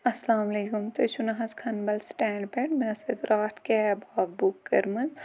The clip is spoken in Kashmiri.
اسلام علیکُم تُہۍ چھِو نہ حظ کھنبَل سٹینٛڈ پیٚٹھ مےٚ ٲسۍ راتھ کیب بُک کٔرمٕژ